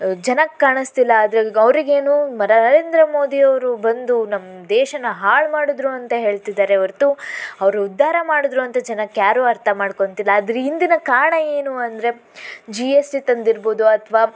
ಜನಕ್ಕೆ ಕಾಣಿಸ್ತಿಲ್ಲ ಅದರಲ್ಲಿ ಅವರಿಗೇನು ನರೇಂದ್ರ ಮೋದಿಯವರು ಬಂದು ನಮ್ಮ ದೇಶನ ಹಾಳು ಮಾಡಿದರು ಅಂತ ಹೇಳ್ತಿದ್ದಾರೆ ಹೊರತು ಅವರು ಉದ್ಧಾರ ಮಾಡಿದರು ಅಂತ ಜನಕ್ಕೆ ಯಾರೂ ಅರ್ಥಮಾಡ್ಕೊತಿಲ್ಲ ಅದರ ಹಿಂದಿನ ಕಾರಣ ಏನು ಅಂದರೆ ಜಿ ಎಸ್ ಟಿ ತಂದಿರ್ಬೋದು ಅಥವಾ